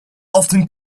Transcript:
often